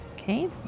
Okay